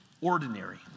ordinary